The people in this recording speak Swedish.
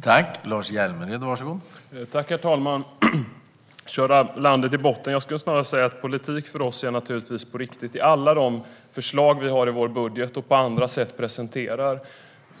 Herr talman! Josef Fransson talade om att köra landet i botten. Jag skulle snarare säga att politik för oss naturligtvis är på riktigt. I alla de förslag som vi har i vår budget och presenterar i